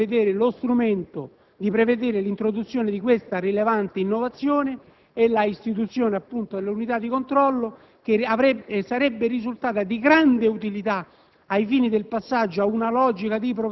ero e sono dell'idea di prevedere l'introduzione di questa rilevante innovazione e l'istituzione, appunto, delle unità di controllo, che sarebbe risultata di grande utilità